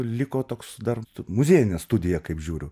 liko toks dar muziejinė studija kaip žiūriu